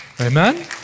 Amen